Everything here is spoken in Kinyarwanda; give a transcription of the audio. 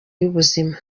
y’ubuzima